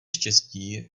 štěstí